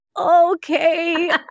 okay